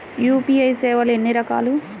UPI సేవలు ఎన్నిరకాలు?